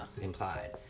implied